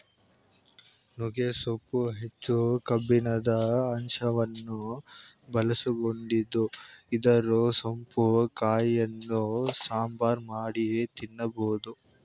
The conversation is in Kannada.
ನುಗ್ಗೆ ಸೊಪ್ಪು ಹೆಚ್ಚು ಕಬ್ಬಿಣದ ಅಂಶವನ್ನು ಒಳಗೊಂಡಿದ್ದು ಇದರ ಸೊಪ್ಪು ಕಾಯಿಯನ್ನು ಸಾಂಬಾರ್ ಮಾಡಿ ತಿನ್ನಬೋದು